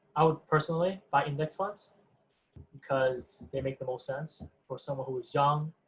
i would personally buy index funds because they make the most sense for someone who is young,